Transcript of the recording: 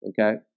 Okay